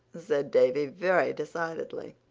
said davy very decidedly,